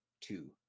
two